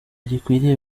gikwiriye